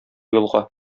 юлга